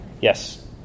Yes